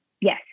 Yes